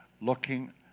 looking